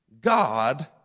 God